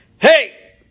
Hey